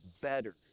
better